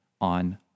on